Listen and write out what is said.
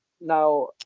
now